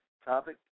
Topic